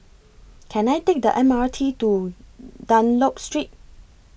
Can I Take The M R T to Dunlop Street